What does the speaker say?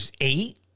eight